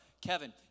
Kevin